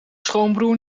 schoonbroer